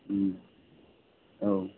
आव